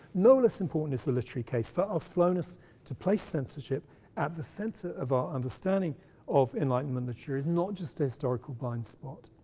no less important is the literary case for our slowness to place censorship at the centre of our understanding of enlightenment literature, as not just a historical blind spot.